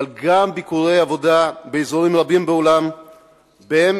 אבל גם ביקורי עבודה באזורים רבים בעולם שבהם